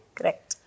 Correct